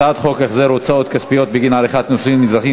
הצעת חוק החזר הוצאות כספיות בגין עריכת נישואין אזרחיים